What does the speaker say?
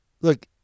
Look